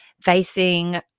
Facing